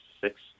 six